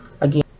Again